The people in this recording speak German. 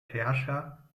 herrscher